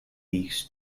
weeks